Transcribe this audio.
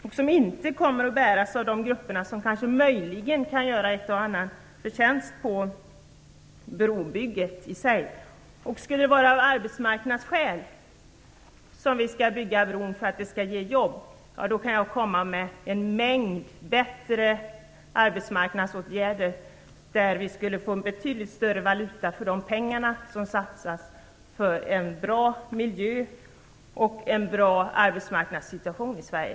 Det kommer inte att bäras av de grupper som möjligen kan göra en eller annan förtjänst på brobygget i sig. Skulle det vara av arbetsmarknadsskäl som vi skall bygga bron - för att åstadkomma jobb - kan jag komma med förslag till en mängd bättre arbetsmarknadsåtgärder som skulle innebära att vi fick betydligt bättre valuta för de pengar som satsas när det gäller en bra miljö och en bra arbetsmarknadssituation i Sverige.